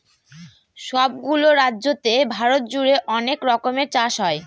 সব গুলো রাজ্যতে ভারত জুড়ে অনেক রকমের চাষ হয়